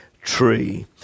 tree